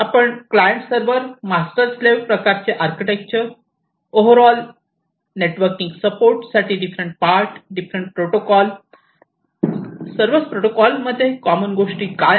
आपण client server master slave प्रकारचे architecture overall networking support साठी डिफरंट पार्ट डिफरंट प्रोटोकॉल सर्व protocol मध्ये कॉमन गोष्टी काय आहे